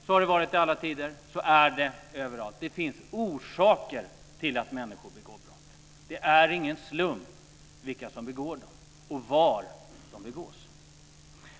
Så har det varit i alla tider, så är det överallt. Det finns orsaker till att människor begår brott. Det är ingen slump vilka som begår brott och var de begås.